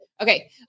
Okay